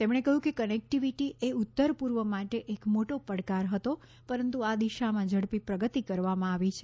તેમણે કહ્યું કે કનેક્ટિવિટી એ ઉત્તર પૂર્વ માટે એક મોટો પડકાર હતો પરંતુ આ દિશામાં ઝડપી પ્રગતિ કરવામાં આવી છે